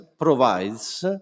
provides